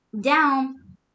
down